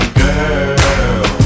girl